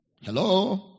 Hello